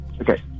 Okay